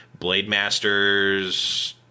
Blademasters